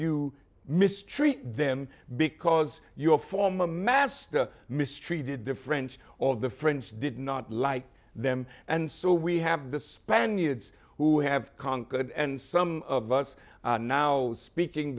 you mistreat them because your former master mistreated the french or the french did not like them and so we have the spaniards who have conquered and some of us are now speaking